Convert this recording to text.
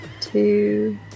two